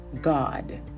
God